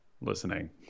listening